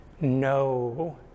no